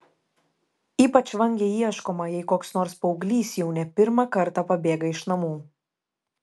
ypač vangiai ieškoma jei koks nors paauglys jau ne pirmą kartą pabėga iš namų